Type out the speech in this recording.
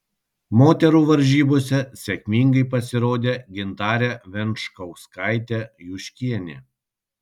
moterų varžybose sėkmingai pasirodė gintarė venčkauskaitė juškienė